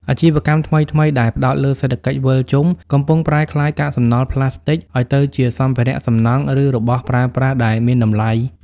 អាជីវកម្មថ្មីៗដែលផ្ដោតលើសេដ្ឋកិច្ចវិលជុំ កំពុងប្រែក្លាយកាកសំណល់ប្លាស្ទិកឱ្យទៅជាសម្ភារៈសំណង់ ឬរបស់ប្រើប្រាស់ដែលមានតម្លៃ។